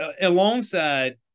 alongside